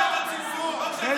הציבור לא בחר בו.